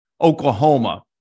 Oklahoma